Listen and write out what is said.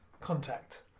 contact